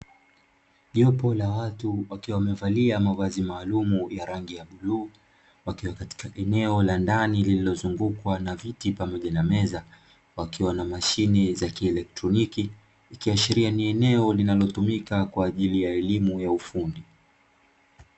Jopo la watu wakiwa wamevalia mavazi maalumu ya rangi ya bluu, wakiwa katika eneo la ndani lililozungukwa na viti pamoja na meza, wakiwa na mashine za kieletroniki, ikiashiria ni eneo linalotumika kwa ajili ya elimu ya ufundi.